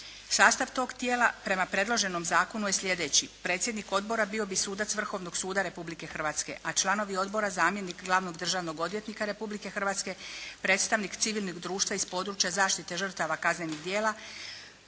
Sastav tog tijela prema predloženom zakonu je sljedeći. Predsjednik odbora bio bi sudac Vrhovnog suda Republike Hrvatske, a članovi odbora, zamjenik glavnog državnog odvjetnika Republike Hrvatske, predstavnik civilnog društva iz područja zaštite žrtava kaznenih djela,